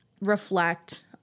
reflect